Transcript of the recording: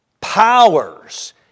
powers